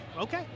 okay